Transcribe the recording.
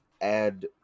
add